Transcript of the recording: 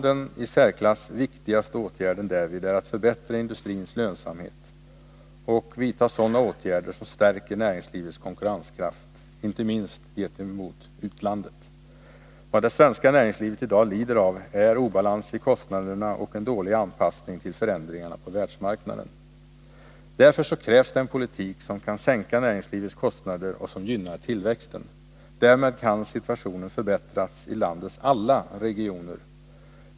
Den i särklass viktigaste åtgärden därvid är att förbättra industrins lönsamhet och vidta sådana åtgärder som stärker näringslivets konkurrenskraft inte minst gentemot utlandet. Vad det svenska näringslivet i dag lider av är obalans i kostnaderna och en dålig anpassning till förändringarna på världsmarknaden. Därför krävs en politik som kan sänka näringslivets kostnader och som gynnar tillväxten. Därmed kan situationen förbättras i landets alla regioner.